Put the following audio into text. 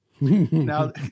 Now